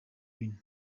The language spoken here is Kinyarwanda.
bine